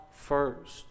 first